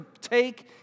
take